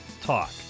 talk